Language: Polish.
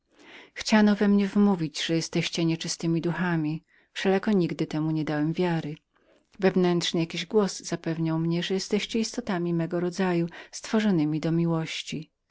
chciano we mnie wmówić że jesteście nieczystemi duchami wszelako nigdy temu nie dałem wiary wewnętrzny jakiś głos zapewniał mnie że jesteście istotami mego rodzaju stworzonemi do miłości